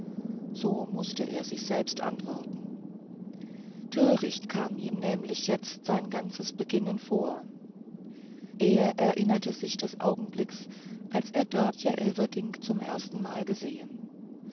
so mußte er sich selbst antworten töricht kam ihm nämlich jetzt sein ganzes beginnen vor er erinnerte sich des augenblicks als er dörtje elverdink zum erstenmal gesehen